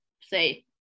say